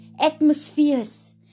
atmospheres